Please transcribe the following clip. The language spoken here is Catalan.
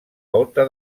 volta